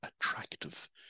attractive